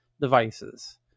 devices